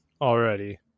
already